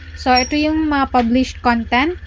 so are the um ah published content.